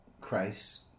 Christ